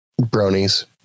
Bronies